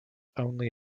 only